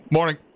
Morning